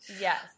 Yes